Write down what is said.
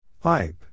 Pipe